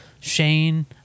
Shane